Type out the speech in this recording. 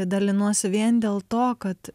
dalinuosi vien dėl to kad